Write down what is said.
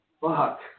Fuck